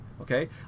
okay